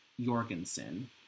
Jorgensen